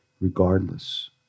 regardless